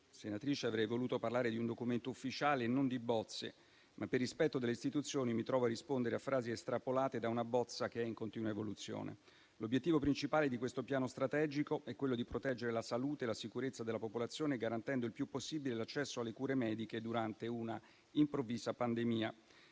senatrice Pirro, avrei voluto parlare di un documento ufficiale e non di bozze. Però, per rispetto delle istituzioni, mi trovo a rispondere a frasi estrapolate da una bozza che è in continua evoluzione. L'obiettivo principale di questo piano strategico è quello di proteggere la salute e la sicurezza della popolazione, garantendo il più possibile l'accesso alle cure mediche durante una improvvisa pandemia.